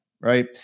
right